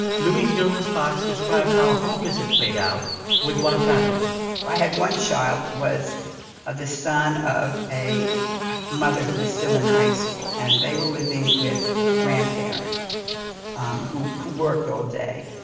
louise derman-sparks described how a home visit played out with one family i had one child who was ah the son of a mother who was still in high school. and they were living with the grandparent um who who worked all day,